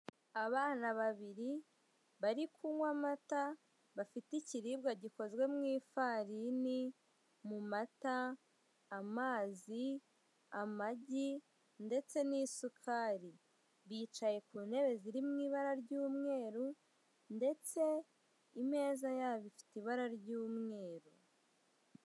Abana babiri bari kunywa amata bafite ikiribwa gikozwe mu ifarini, mu mata, amazi, amagi ndetse n'isukari. Bicaye ku ntebe ziri mw'ibara ry'umweru ndetse imeza yabo ifite ibara ry'umweru.